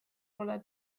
pole